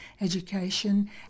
education